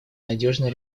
надежный